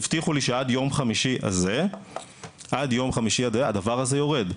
הבטיחו לי שעד יום חמישי הזה הדבר הזה יורד.